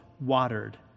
watered